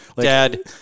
dad